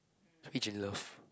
they fidge in love